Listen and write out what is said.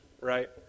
Right